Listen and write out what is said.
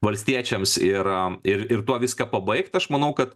valstiečiams yra ir ir tuo viską pabaigt aš manau kad